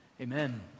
Amen